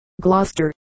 Gloucester